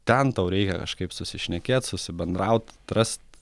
ten tau reikia kažkaip susišnekėt susibendraut atrast